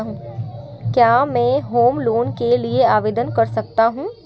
क्या मैं home loan के लिए आवेदन कर सकता हूं?